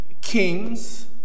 kings